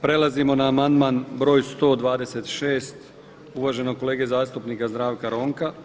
Prelazimo na amandman broj 126 uvaženog kolege zastupnika Zdravka Ronka.